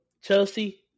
Chelsea